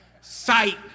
sight